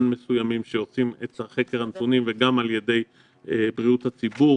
מסוימים שעושים את חקר הנתונים וגם על ידי בריאות הציבור,